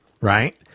right